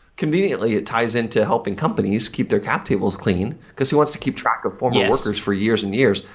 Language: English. conveniently, it ties in to helping companies keep their cap tables clean, because it wants to keep track of former workers for years and years.